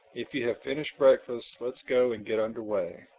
if you have finished breakfast let's go and get under way.